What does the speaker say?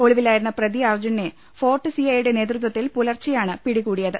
ഒളിവിലായിരുന്ന പ്രതി അർജുനെ ഫോർട്ട് സിഐയുടെ നേതൃത്വത്തിൽ പുലർച്ചെയാണ് പിടി കൂടിയത്